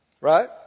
Right